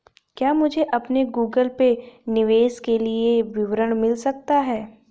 क्या मुझे अपने गूगल पे निवेश के लिए विवरण मिल सकता है?